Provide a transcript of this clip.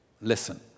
listen